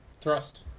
thrust